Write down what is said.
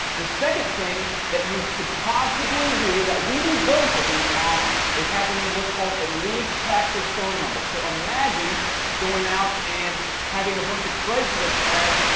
the second thing that you could possibly do that we do both of these on is having what's called lead capture phone number. so imagine going out and having a bunch of craigslist ads,